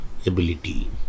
ability